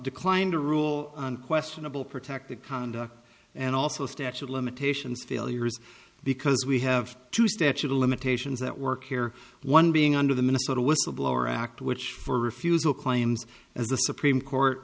declined to rule on questionable protected conduct and also statue of limitations failures because we have two statute of limitations that work here one being under the minnesota whistleblower act which for refusal claims as the supreme court